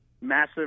massive